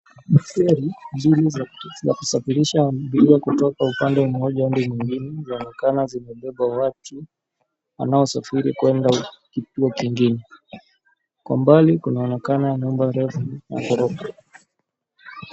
Feri mbili za kusafirisha abiria kutoka upande moja hadi nyingine, zinaonekana zimebeba watu wanaosafiri kuenda kituo kingine, kwa mbali kunaoneka nyumba refu ya ghorofa.